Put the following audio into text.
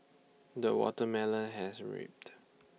the watermelon has raped